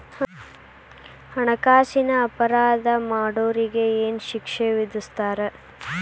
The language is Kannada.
ಹಣ್ಕಾಸಿನ್ ಅಪರಾಧಾ ಮಾಡ್ದೊರಿಗೆ ಏನ್ ಶಿಕ್ಷೆ ವಿಧಸ್ತಾರ?